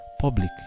public